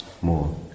more